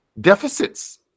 deficits